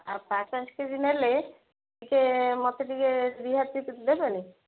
ଆଉ ପାଞ୍ଚ ପାଞ୍ଚ କେଜି ନେଲେ ଟିକେ ମୋତେ ଟିକେ ରିହାତି ଦେବେନି